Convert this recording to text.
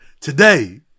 today